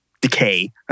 Decay